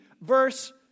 verse